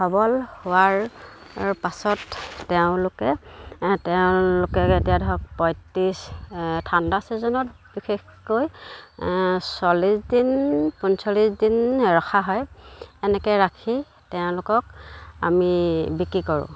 সবল হোৱাৰ পাছত তেওঁলোকে তেওঁলোকে এতিয়া ধৰক পঁয়ত্ৰিছ ঠাণ্ডা ছিজনত বিশেষকৈ চল্লিছ দিন পঞ্চল্লিছ দিন ৰখা হয় এনেকৈ ৰাখি তেওঁলোকক আমি বিক্ৰী কৰোঁ